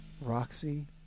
Roxy